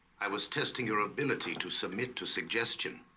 i was testing your ability to submit to suggestion